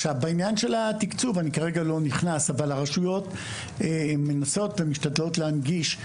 לעניין של התקצוב אני כרגע לא נכנס אבל הרשויות מנסות ומשתדלות להנגיש.